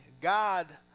God